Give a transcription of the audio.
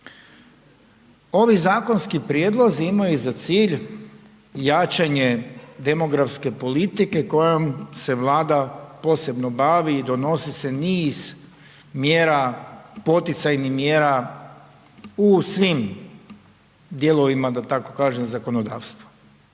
Ovi zakonski prijedlozi imaju za cilj jačanje demografske politike kojom se vlada posebno bavi i donosi se niz mjera, poticajnih mjera u svim dijelovima, da tako